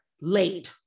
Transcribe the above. laid